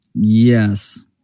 Yes